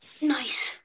nice